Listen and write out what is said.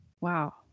Wow